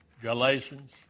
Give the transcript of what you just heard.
Galatians